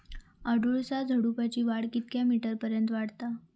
अडुळसा झुडूपाची वाढ कितक्या मीटर पर्यंत वाढता?